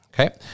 Okay